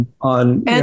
on